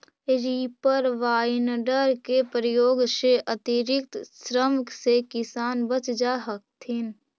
reaper binder के प्रयोग से अतिरिक्त श्रम से किसान बच जा हथिन